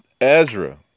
Ezra